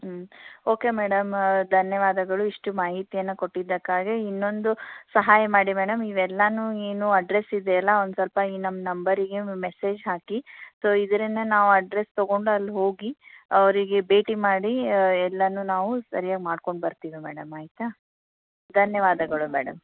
okay madam ಧನ್ಯವಾದಗಳು ಇಷ್ಟು ಮಾಹಿತಿಯನ್ನು ಕೊಟ್ಟಿದ್ದಕ್ಕಾಗಿ ಇನ್ನೊಂದು ಸಹಾಯ ಮಾಡಿ ಮೇಡಮ್ ಇವೆಲ್ಲಾನು ಏನು ಅಡ್ರೆಸ್ ಇದೆ ಅಲ್ವಾ ಒಂದು ಸ್ವಲ್ಪ ಈ ನಮ್ಮ ನಂಬರಿಗೆ ಒಂದು ಮೆಸೇಜ್ ಹಾಕಿ ಸೊ ಇದರಿಂದ ನಾವು ಅಡ್ರೆಸ್ ತಗೊಂಡು ಅಲ್ಲಿ ಹೋಗಿ ಅವರಿಗೆ ಭೇಟಿ ಮಾಡಿ ಎಲ್ಲಾನು ನಾವು ಸರಿಯಾಗಿ ಮಾಡಿಕೊಂಡು ಬರ್ತೀವಿ ಮೇಡಮ್ ಆಯಿತಾ ಧನ್ಯವಾದಗಳು ಮೇಡಮ್